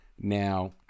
Now